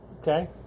Okay